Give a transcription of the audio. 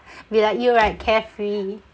be like you right carefree